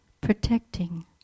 protecting